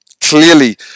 Clearly